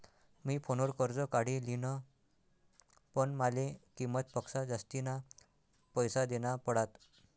मी फोनवर कर्ज काढी लिन्ह, पण माले किंमत पक्सा जास्तीना पैसा देना पडात